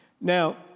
Now